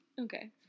Okay